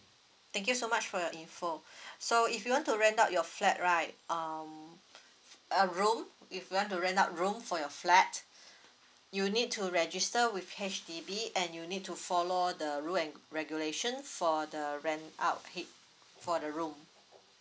thank you so much for your info so if you want to rent out your flat right um a room if you want to rent out room for your flat you need to register with H_D_B and you need to follow the rule and regulation for the rent out paid for the room